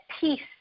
peace